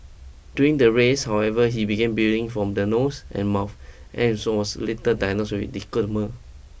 during the race however he began bleeding from the nose and mouth and so was later diagnosed with